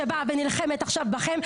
שבאה ונלחמת בכם,